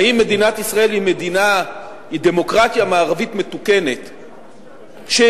האם מדינת ישראל היא דמוקרטיה מערבית מתוקנת שיכולה,